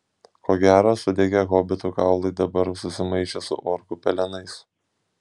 ko gero sudegę hobitų kaulai dabar susimaišė su orkų pelenais